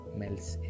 melts